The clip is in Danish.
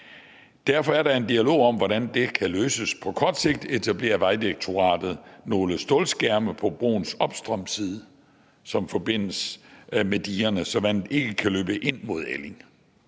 Derfor er der en dialog om, hvordan det kan løses. På kort sigt etablerer Vejdirektoratet nogle stålskærme på broens opstrømsside, som forbindes med digerne, så vandet ikke kan løbe ind mod Elling,